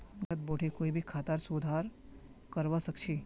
घरत बोठे कोई भी खातार सुधार करवा सख छि